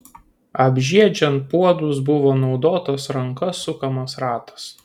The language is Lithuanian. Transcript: apžiedžiant puodus buvo naudotas ranka sukamas ratas